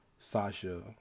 Sasha